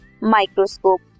microscope